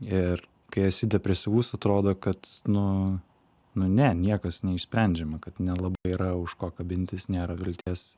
ir kai esi depresyvus atrodo kad nu nu ne niekas neišsprendžiama kad nelabai yra už ko kabintis nėra vilties